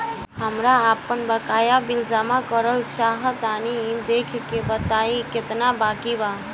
हमरा आपन बाकया बिल जमा करल चाह तनि देखऽ के बा ताई केतना बाकि बा?